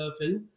film